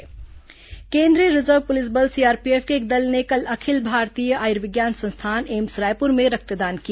CRPF रक्तदान केंद्रीय reserve police बल सीआरपीएफ के एक दल ने कल अखिल भारतीय आयुर्विज्ञान संस्थान एम्स रायपुर में रक्तदान किया